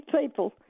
people